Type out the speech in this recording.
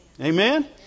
Amen